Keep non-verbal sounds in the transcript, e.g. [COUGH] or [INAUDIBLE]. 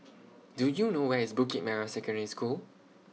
[NOISE] Do YOU know Where IS Bukit Merah Secondary School